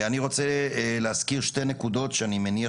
אני רוצה להזכיר שתי נקודות שאני מניח